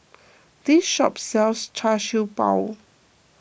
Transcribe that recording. this shop sells Char Siew Bao